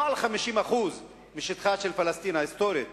לא על 50% משטחה של פלסטין ההיסטורית,